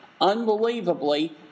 Unbelievably